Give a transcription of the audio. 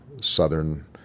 southern